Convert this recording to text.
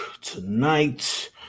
tonight